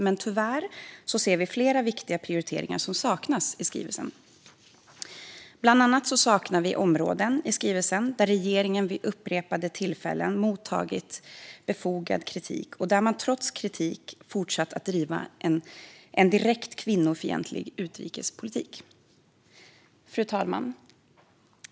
Men tyvärr ser vi att flera viktiga prioriteringar saknas i skrivelsen. Bland annat saknas områden där regeringen vid upprepade tillfällen mottagit befogad kritik och där man trots kritiken fortsatt att driva en direkt kvinnofientlig utrikespolitik. Fru talman!